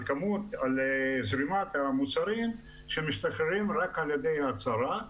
על זרימת המוצרים שמשתחררים רק על ידי הצהרה.